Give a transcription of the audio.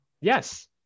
Yes